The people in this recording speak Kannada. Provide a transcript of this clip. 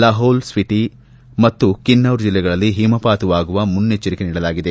ಲಹೌಲ್ ಸ್ವಿಟಿ ಮತ್ತು ಕಿನ್ನೌರ್ ಜಿಲ್ಲೆಗಳಲ್ಲಿ ಹಿಮಪಾತವಾಗುವ ಮುನ್ನೆಚ್ಲರಿಕೆ ನೀಡಲಾಗಿದೆ